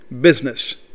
business